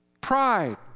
pride